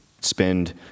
Spend